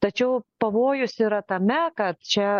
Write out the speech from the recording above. tačiau pavojus yra tame kad čia